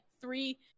three